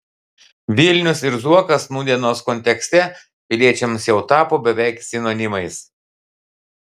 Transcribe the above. vilnius ir zuokas nūdienos kontekste piliečiams jau tapo beveik sinonimais